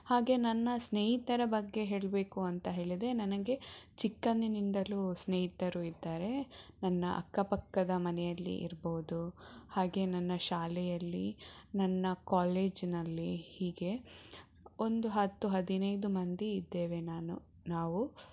ಹಾಗೆ ನನ್ನ ಸ್ನೇಹಿತರ ಬಗ್ಗೆ ಹೇಳಬೇಕು ಅಂತ ಹೇಳಿದರೆ ನನಗೆ ಚಿಕ್ಕಂದಿನಿಂದಲೂ ಸ್ನೇಹಿತರು ಇದ್ದಾರೆ ನನ್ನ ಅಕ್ಕಪಕ್ಕದ ಮನೆಯಲ್ಲಿ ಇರ್ಬೌದು ಹಾಗೆ ನನ್ನ ಶಾಲೆಯಲ್ಲಿ ನನ್ನ ಕಾಲೇಜಿನಲ್ಲಿ ಹೀಗೆ ಒಂದು ಹತ್ತು ಹದಿನೈದು ಮಂದಿ ಇದ್ದೇವೆ ನಾನು ನಾವು